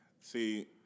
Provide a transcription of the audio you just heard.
See